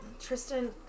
Tristan